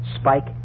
Spike